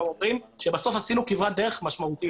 אומרים שבסוף עשינו כברת דרך משמעותית.